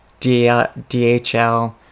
DHL